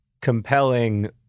compelling